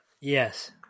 Yes